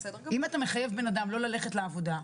מחייב בנאדם לא ללכת לעבודה,